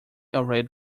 already